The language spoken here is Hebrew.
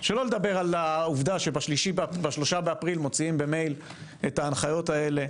שלא לדבר על העובדה שב-3 באפריל מוציאים במייל את ההנחיות האלה